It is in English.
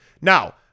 Now